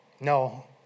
No